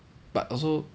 but also